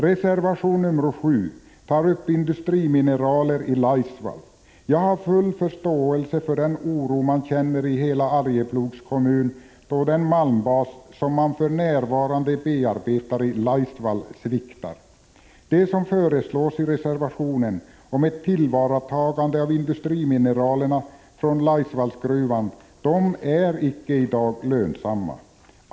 Reservation nr 7 handlar om industrimineraler i Laisvall. Jag har full förståelse för den oro man känner i hela Arjeplogs kommun, då den malmbas som man för närvarande bearbetar i Laisvall sviktar. Det som föreslås i reservationen om ett tillvaratagande av industrimineralerna från Laisvallsgruvan är i dag icke lönsamt.